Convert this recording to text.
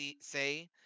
say